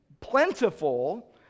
plentiful